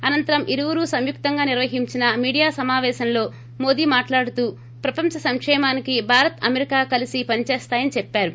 అనంతరం ఇరువురూ సంయుక్తంగా నిర్వహించిన మీడియా సమాపేశంలో మోదీ మాట్లాడుతూ ప్రపంచ సంకేమానికి భారత్ అమెరికా కలిసి పని చేస్తాయని చెప్పారు